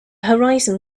horizon